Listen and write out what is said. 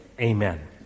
Amen